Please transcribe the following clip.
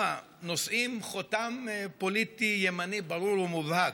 נושאים חותם פוליטי ימני ברור ומובהק.